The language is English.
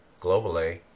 globally